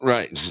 Right